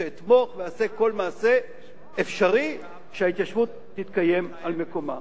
אתמוך ואעשה כל מעשה אפשרי שההתיישבות תתקיים על מקומה.